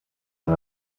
and